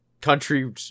country